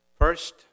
First